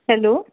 hello